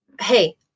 Hey